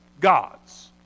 gods